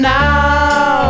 now